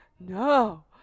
no